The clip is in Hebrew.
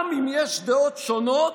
גם אם יש דעות שונות,